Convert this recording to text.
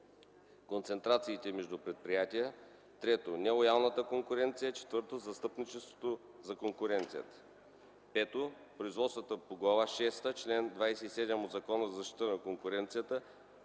концентрациите между предприятия; 3. нелоялната конкуренция; 4. застъпничеството за конкуренцията; 5. производствата по глава шеста, чл. 27 от Закона за защита на конкуренцията